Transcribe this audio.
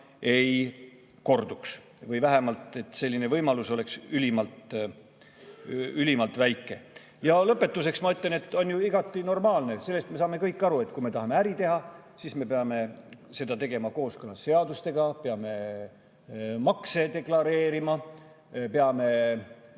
ei korduks või et vähemalt selline võimalus oleks ülimalt-ülimalt väike. Ja lõpetuseks, ma ütlen, et on ju igati normaalne – sellest me saame kõik aru –, et kui me tahame äri teha, siis me peame seda tegema kooskõlas seadustega ja peame [tulusid] deklareerima. Peame